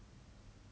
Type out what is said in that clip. fall